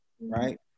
right